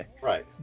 right